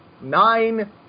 nine